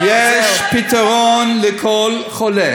לא ביקרת,